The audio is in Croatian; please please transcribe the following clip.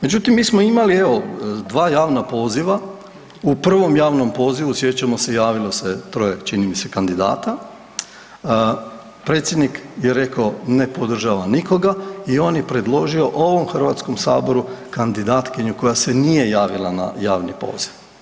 Međutim, mi smo imali, evo, dva javna poziva, u prvom javnom pozivu, sjećamo se, javilo se troje, čini mi se, kandidata, predsjednik je rekao ne podržava nikoga i on je predložio ovom HS-u kandidatkinju koja se nije javila na javni poziv.